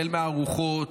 מארוחות,